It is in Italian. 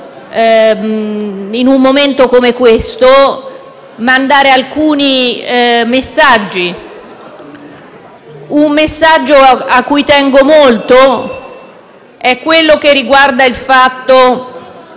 in un momento come questo, mandare alcuni messaggi. Un messaggio a cui tengo molto riguarda il fatto